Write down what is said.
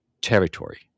territory